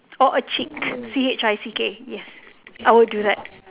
or a chick C H I C K yes I would do that